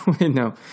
No